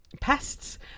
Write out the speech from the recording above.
pests